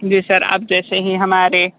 जी sir आप जैसे ही हमारे